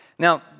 Now